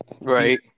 right